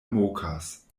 mokas